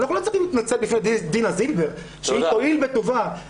אנחנו לא צריכים להתנצל בפני דינה זילבר שהיא תואיל בטובה